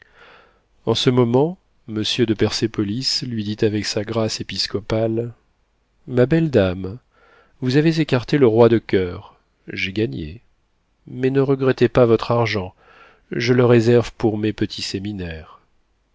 en ce moment monsieur de persépolis lui dit avec sa grâce épiscopale ma belle dame vous avez écarté le roi de coeur j'ai gagné mais ne regrettez pas votre argent je le réserve pour mes petits séminaires